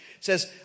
says